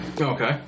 Okay